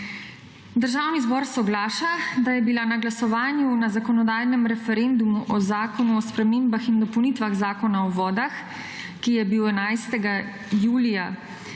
Državni zbor soglaša, da je bila na glasovanju na zakonodajnem referendumu o Zakonu o spremembah in dopolnitvah Zakona o vodah, ki je bil 11. julija